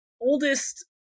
oldest